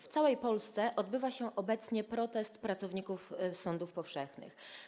W całej Polsce odbywa się obecnie protest pracowników sądów powszechnych.